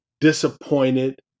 disappointed